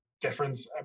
difference